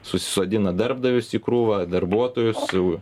susisodina darbdavius į krūvą darbuotojus su